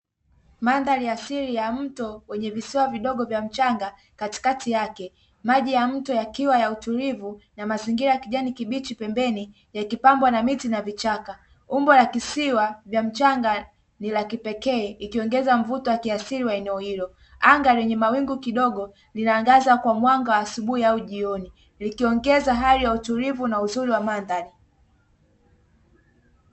Mandhari ya asili ya mto wenye visiwa vidogo vya mchanga katikati yake. Maji ya mto yakiwa ya utulivu na mazingira ya kijani kibichi pembeni yakipambwa na miti na vichaka. Umbo la kisiwa vya mchanga ni la kipekee ikiongeza mvuto wa kiasili wa eneo hilo. Anga lenye mawingu kidogo linaangaza kwa mwanga wa asubuhi au jioni, likiongeza hali ya utulivu na uzuri wa mandhari.